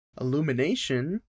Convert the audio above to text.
Illumination